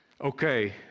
okay